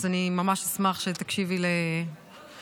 אז אני ממש אשמח שתקשיבי לדבריי.